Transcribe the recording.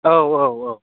औ औ औ